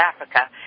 Africa